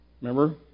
remember